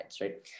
right